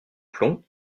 plomb